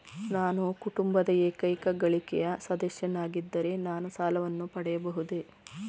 ನಾನು ಕುಟುಂಬದ ಏಕೈಕ ಗಳಿಕೆಯ ಸದಸ್ಯನಾಗಿದ್ದರೆ ನಾನು ಸಾಲವನ್ನು ಪಡೆಯಬಹುದೇ?